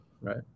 Right